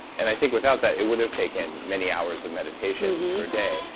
and i think, without that, it would've taken many hours of meditation a day.